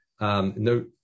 no